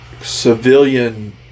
civilian